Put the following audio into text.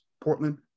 Portland